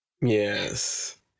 Yes